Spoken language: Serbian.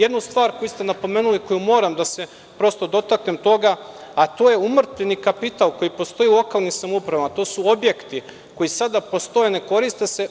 Jednu stvar koju ste napomenuli i koje moram prosto da se dotaknem toga, a to je umrtvljeni kapital koji postoji u lokalnim samoupravama, to su objekti koji sada postoje, ne koriste se.